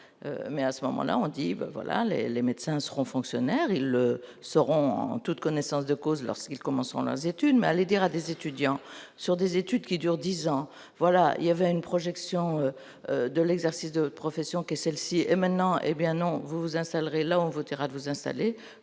mais à ce moment-là on dit voilà les les médecins seront fonctionnaires, ils seront en toute connaissance de cause lorsqu'ils commenceront leurs études, mais allez dire à des étudiants sur des études qui dure 10 ans, voilà, il y avait une projection de l'exercice de profession que celle-ci est maintenant, hé bien non, vous installeraient là on voté vous installer,